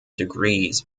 degrees